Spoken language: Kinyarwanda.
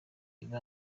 biba